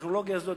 הטכנולוגיה הזאת,